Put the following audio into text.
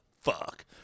Fuck